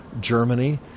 Germany